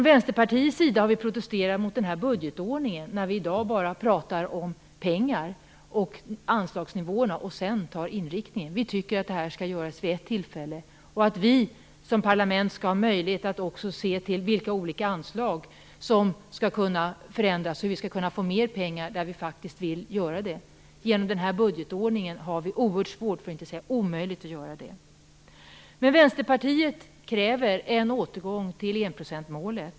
Vänsterpartiet har protesterat mot denna budgetordning, som innebär att vi i dag bara pratar om pengar och anslagsnivåer och att vi tar inriktningen sedan. Vi tycker att detta skall göras vid samma tillfälle, och att vi i parlamentet skall ha möjlighet att också se till vilka olika anslag som skall kunna förändras och hur vi skall kunna få mer pengar. Genom denna budgetordning är det oerhört svårt, för att inte säga omöjligt, att göra detta. Vi i Vänsterpartiet kräver en återgång till enprocentsmålet.